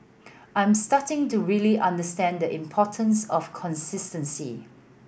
I'm starting to really understand the importance of consistency